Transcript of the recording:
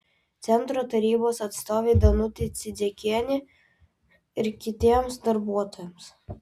centro tarybos atstovei danutei cidzikienė ir kitiems darbuotojams